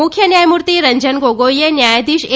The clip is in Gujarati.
મુખ્ય ન્યાયમૂર્તિ રંજન ગોગોઈએ ન્યાયાધીશ એ